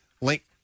Link